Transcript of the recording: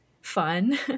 fun